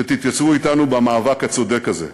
שתתייצבו אתנו במאבק הצודק הזה.